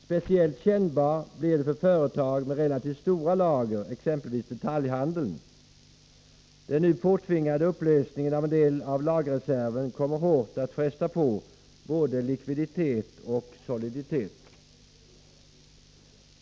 Speciellt kännbara blir effekterna för företag med relativt stora lager, exempelvis inom detaljhandeln. Den nu påtvingade upplösningen av en del av lagerreserven kommer att fresta hårt på både likviditet och soliditet.